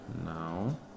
now